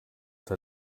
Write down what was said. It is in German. der